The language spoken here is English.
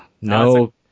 No